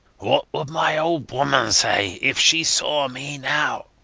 what would my old woman say if she saw me now?